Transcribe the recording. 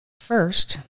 First